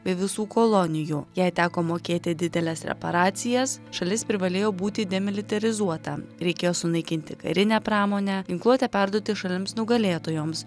visų kolonijų jai teko mokėti dideles reparacijas šalis privalėjo būti demilitarizuota reikėjo sunaikinti karinę pramonę ginkluotę perduoti šalims nugalėtojoms